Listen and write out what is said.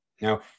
Now